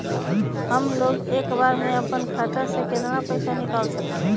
हमलोग एक बार में अपना खाता से केतना पैसा निकाल सकेला?